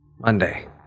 Monday